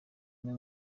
umwe